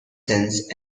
sense